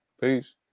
Peace